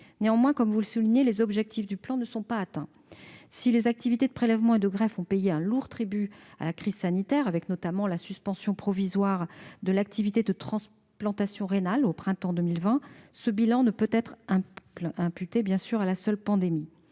Néanmoins, comme vous le soulignez, les objectifs de l'édition 2017-2021 du plan ne sont pas atteints. Si les activités de prélèvement et de greffe ont payé un lourd tribut à la crise sanitaire, avec notamment la suspension provisoire de l'activité de transplantation rénale au printemps 2020, ce bilan ne peut être imputé à la seule pandémie.